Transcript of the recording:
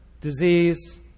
disease